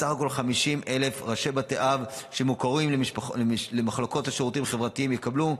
בסך הכול 50,000 ראשי בתי אב שמוכרים למחלקות השירותים החברתיים יקבלו,